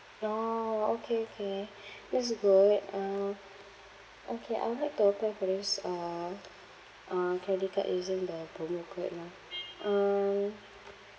orh okay okay that's good uh okay I would like to apply for this uh uh credit card using the promo code lah uh